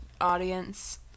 audience